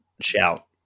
shout